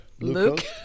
Luke